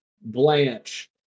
Blanche